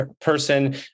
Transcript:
person